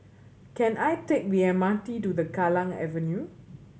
can I take the M R T to the Kallang Avenue